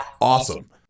awesome